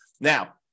now